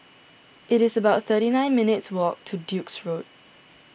it is about thirty nine minutes' walk to Duke's Road